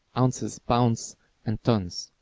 ounces, pounds and tons.